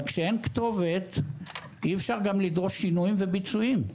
אבל כשאין כתובת אי אפשר גם לדרוש שינויים וביצועים.